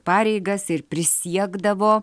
pareigas ir prisiekdavo